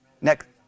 Next